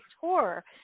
tour